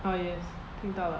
oh yes 听到了